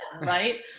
Right